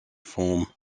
form